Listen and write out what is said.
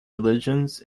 religions